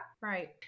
Right